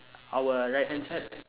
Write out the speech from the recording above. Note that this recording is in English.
our right hand side